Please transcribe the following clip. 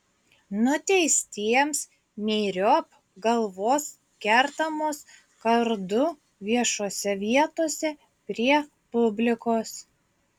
nuteistiems myriop galvos kertamos kardu viešose vietose prie publikos